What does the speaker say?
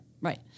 right